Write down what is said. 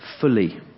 fully